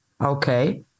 okay